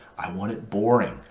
i want it boring.